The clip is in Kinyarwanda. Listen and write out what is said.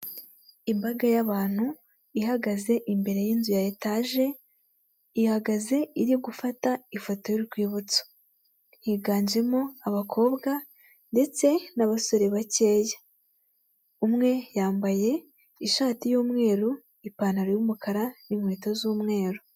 Imbaga y'abantu ihagaze imbere y'inzu ya etaje, ihagaze iri gufata ifoto y'urwibutso, higanjemo abakobwa ndetse n'abasore bakeya, umwe yambaye ishati y'umweru ipantaro yumukara n'inkweto z'umweru.